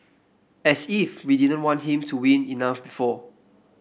as if we didn't want him to win enough before